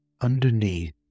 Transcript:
Underneath